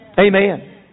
Amen